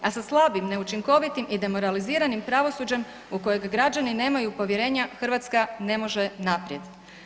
A sa slabim, neučinkovitim i demoraliziranim pravosuđem u kojeg građani nemaju povjerenja Hrvatska ne može naprijed.